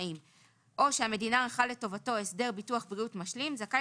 או שהמדינה ערכה לטובתו הסדר ביטוח בריאות משלים זכאי